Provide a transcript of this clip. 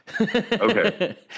Okay